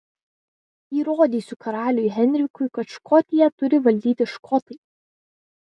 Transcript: įrodysiu karaliui henrikui kad škotiją turi valdyti škotai